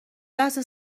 لحظه